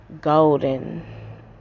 Golden